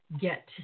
get